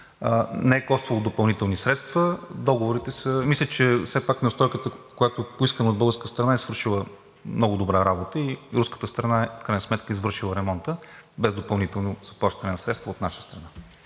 не е коствало допълнителни средства. Мисля, че все пак неустойката, която е поискана от българска страна, е свършила много добра работа и руската страна в крайна сметка е извършила ремонта без допълнително заплащане на средства от наша страна.